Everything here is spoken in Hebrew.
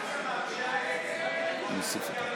הסמים המסוכנים (הגדרת צמח הקנבוס,